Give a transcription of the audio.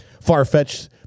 far-fetched